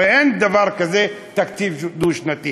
הרי אין דבר כזה תקציב דו-שנתי.